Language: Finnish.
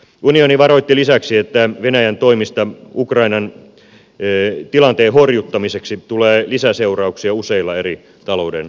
unioni varoitti lisäksi että venäjän toimista ukrainan tilanteen horjuttamiseksi tulee lisäseurauksia useilla eri taloudenaloilla